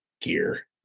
gear